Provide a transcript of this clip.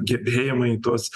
gebėjimai tos